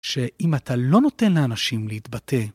‫שאם אתה לא נותן לאנשים להתבטא...